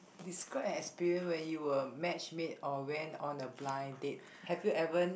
describe your experience when you were matchmade or went on a blind date have you even